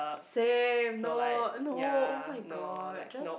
same no no oh-my-god just